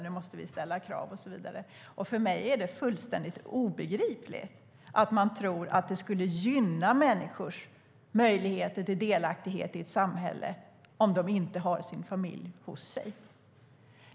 Nu måste vi ställa krav och så vidare. För mig är det fullständigt obegripligt att man tror att det skulle gynna människors möjligheter till delaktighet i ett samhälle om de inte har sin familj hos sig.